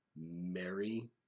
Mary